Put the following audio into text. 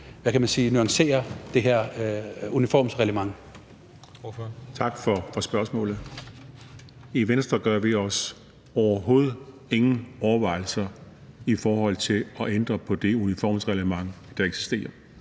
11:25 Lars Christian Lilleholt (V): Tak for spørgsmålet. I Venstre gør vi os overhovedet ingen overvejelser i forhold til at ændre på det uniformsreglement, der eksisterer.